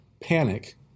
panic